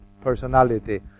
personality